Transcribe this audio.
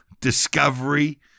Discovery